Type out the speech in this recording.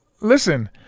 listen